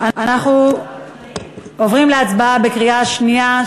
החוק בקריאה שנייה.